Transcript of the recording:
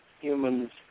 humans